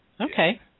Okay